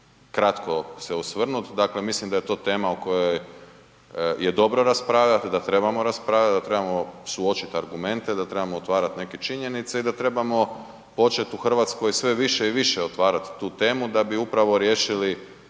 kratko se osvrnuti. Dakle mislim da je to tema o kojoj je dobro raspravljati, da trebamo raspravljati, da trebamo suočiti argumente, da trebamo otvarat neke činjenice i da trebamo počet u Hrvatskoj sve više i više otvarat tu temu da bi upravo riješili